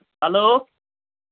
hello